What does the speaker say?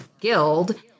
guild